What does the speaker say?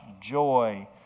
joy